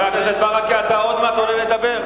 אתה עוד מעט עולה לדבר.